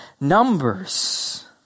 numbers